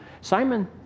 Simon